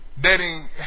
dating